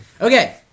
okay